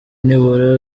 nibura